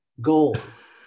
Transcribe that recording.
goals